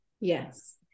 Yes